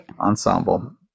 ensemble